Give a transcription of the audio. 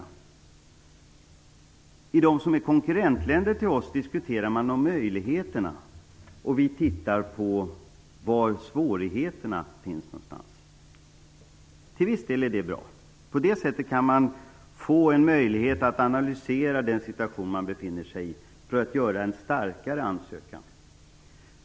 I de länder som är våra konkurrentländer diskuterar man möjligheterna, och vi tittar på var svårigheterna finns. Till en viss del är det bra. På det sättet kan man få en möjlighet att analysera den situation man befinner sig i, för att göra en starkare ansökan.